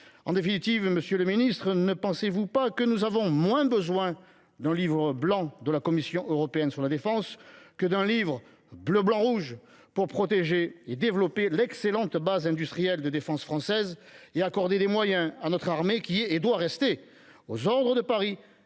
de la paix. Monsieur le ministre, ne pensez vous pas que nous avons moins besoin d’un livre blanc de la Commission européenne sur la défense que d’un livre bleu blanc rouge pour protéger et développer l’excellente base industrielle de défense française et accorder des moyens à notre armée, qui est et doit rester aux ordres de Paris,